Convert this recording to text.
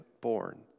born